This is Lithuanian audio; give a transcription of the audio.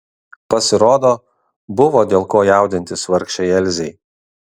pasirodo buvo dėl ko jaudintis vargšei elzei